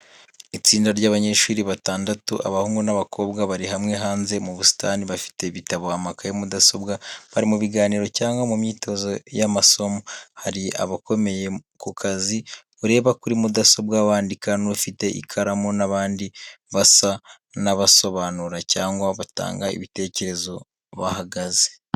Itsinda ry’abanyeshuri batandatu, abahungu n’abakobwa, bari hamwe hanze mu busitani, bafite ibitabo, amakaye, mudasobwa bari mu biganiro cyangwa mu myitozo y’amasomo. Hari abakomeye ku kazi ureba kuri mudasobwa, wandika, n’ufite ikaramu n’abandi basa n’abasobanura cyangwa batanga ibitekerezo bahagaze.